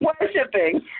worshiping